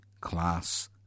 class